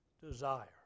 desire